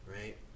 right